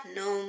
no